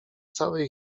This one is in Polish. cały